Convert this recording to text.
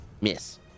Miss